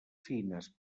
fines